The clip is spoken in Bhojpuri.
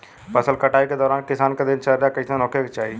फसल कटाई के दौरान किसान क दिनचर्या कईसन होखे के चाही?